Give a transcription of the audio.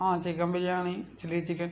ആ chicken biryani chilli chicken